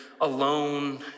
alone